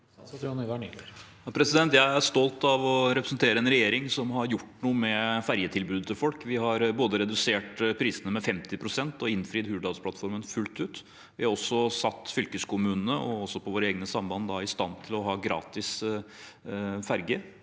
Jeg er stolt av å representere en regjering som har gjort noe med ferjetilbudet til folk. Vi har både redusert prisene med 50 pst. og innfridd Hurdalsplattformen fullt ut. Vi har også satt fylkeskommunene, da også på våre egne samband, i stand til å ha gratis ferjer,